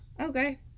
Okay